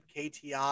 KTI